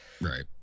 right